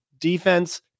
defense